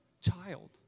child